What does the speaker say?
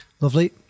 Lovely